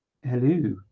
Hello